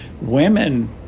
women